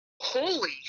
holy